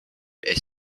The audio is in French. est